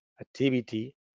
activity